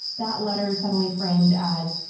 that letter is suddenly framed as,